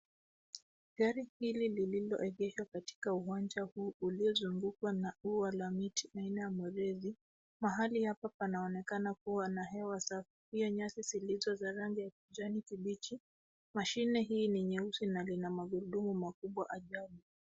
Gari hili lililoegeshwa katika uwanja huu uliozungukwa na ua la miti na aina ya murethi. Mahali hapa panaonekana kua na hewa safi. Pia nyasi zilizo za rangi ya kijani kibichi. Mashine hii ni nyeusi na ina magurudumu makubwa ajabu.